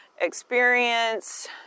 experience